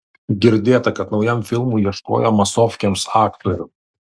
girdėta kad naujam filmui ieškojo masofkėms aktorių